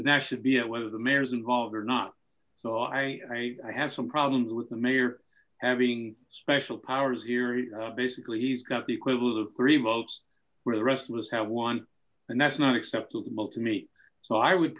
that should be at whether the mayor's involved or not so i have some problems with the mayor having special powers here basically he's got the equivalent of three votes where the rest of us have one and that's not acceptable to me so i would